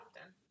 often